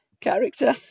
character